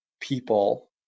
people